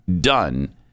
done